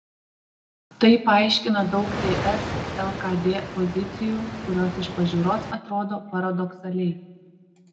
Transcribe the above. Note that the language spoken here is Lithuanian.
tai paaiškina daug ts lkd pozicijų kurios iš pažiūros atrodo paradoksaliai